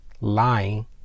Lying